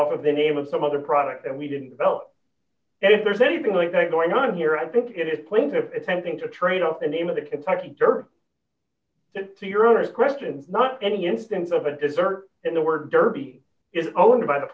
off of the name of some other product that we didn't develop and if there's anything like that going on here i think it is plain to fencing to trade up the name of the kentucky derby to your owners question not any instance of a desert and the word derby is owned by the